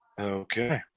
Okay